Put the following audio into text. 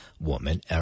woman